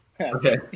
Okay